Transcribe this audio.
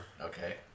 Okay